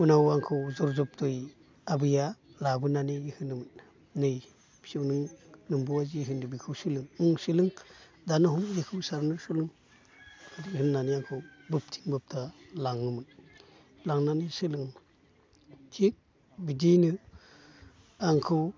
उनाव आंखौ जर जब्दयै आबैआ लाबोनानै होनोमोन नै फिसौ नों नोमबौआ जि होन्दों बेखौ सोलों नों सोलों दानो हम बेखौ सारनो सोलों बिदि होननानै आंखौ बोबथिं बोबथा लाङोमोन लांनानै सोलोंहोयो थिख बिदिनो आंखौ